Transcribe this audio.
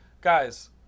Guys